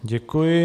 Děkuji.